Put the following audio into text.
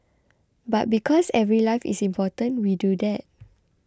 but because every life is important we do that